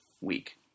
week